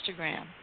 Instagram